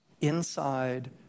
inside